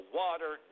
water